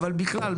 אבל בכלל,